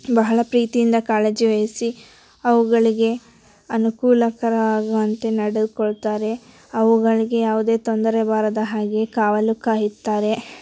ಬಹಳ ಪ್ರೀತಿಯಿಂದ ಕಾಳಜಿ ವಯಿಸಿ ಅವುಗಳಿಗೆ ಅನುಕೂಲಕರ ಆಗುವಂತೆ ನಡೆದ್ಕೊಳ್ತಾರೆ ಅವುಗಳಿಗೆ ಯಾವುದೇ ತೊಂದರೆ ಬಾರದ ಹಾಗೆ ಕಾವಲು ಕಾಯುತ್ತಾರೆ